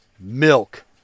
Milk